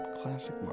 Classic